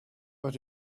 but